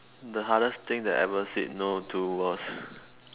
the hardest thing that I ever said no to was